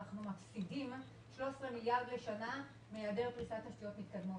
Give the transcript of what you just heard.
מפסידה 13 מיליארד שקל בשנה מהעדר פריסת תשתיות מתקדמות.